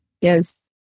yes